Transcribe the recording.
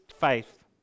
faith